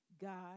God